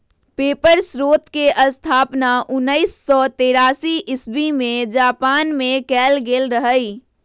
paper स्रोतके स्थापना उनइस सौ तेरासी इस्बी में जापान मे कएल गेल रहइ